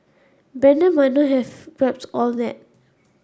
Brandon might not have grasped all that